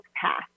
path